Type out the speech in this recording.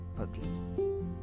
Pugli